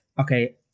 okay